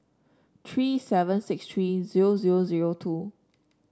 three seven six three zero zero zero two